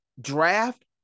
draft